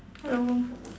hello